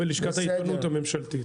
לע"ם לשכת העיתונות הממשלתית.